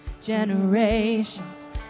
generations